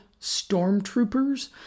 stormtroopers